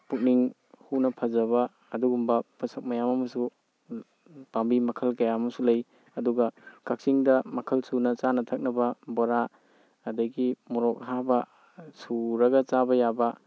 ꯄꯨꯛꯅꯤꯡ ꯍꯨꯅ ꯐꯖꯕ ꯑꯗꯨꯒꯨꯝꯕ ꯄꯣꯁꯛ ꯃꯌꯥꯝ ꯑꯃꯁꯨ ꯄꯥꯝꯕ ꯃꯈꯜ ꯀꯌꯥ ꯑꯃꯁꯨ ꯂꯩ ꯑꯗꯨꯒ ꯀꯛꯆꯤꯡꯗ ꯃꯈꯜ ꯁꯨꯅ ꯆꯥꯅ ꯊꯛꯅꯕ ꯕꯣꯔꯥ ꯑꯗꯒꯤ ꯃꯣꯔꯣꯛ ꯑꯍꯥꯕ ꯁꯨꯔꯒ ꯆꯥꯕ ꯌꯥꯕ